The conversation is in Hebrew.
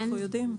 אנחנו יודעים.